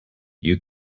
you